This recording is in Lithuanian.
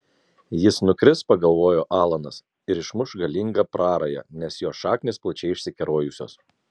jis nukris pagalvojo alanas ir išmuš galingą prarają nes jo šaknys plačiai išsikerojusios